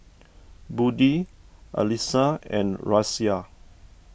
Budi Alyssa and Raisya